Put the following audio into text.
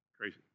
Crazy